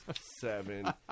seven